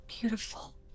Beautiful